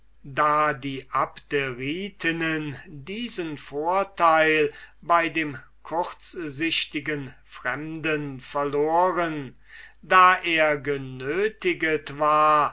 da die abderitinnen diesen vorteil bei dem kurzsichtigen fremden verloren da er genötiget war